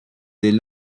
des